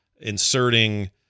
Inserting